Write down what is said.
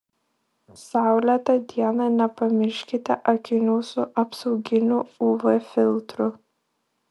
saulėtą dieną nepamirškite akinių su apsauginiu uv filtru